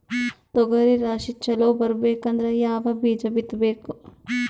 ತೊಗರಿ ರಾಶಿ ಚಲೋ ಬರಬೇಕಂದ್ರ ಯಾವ ಬೀಜ ಬಿತ್ತಬೇಕು?